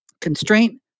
Constraint